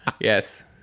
yes